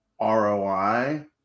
ROI